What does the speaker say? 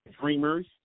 Dreamers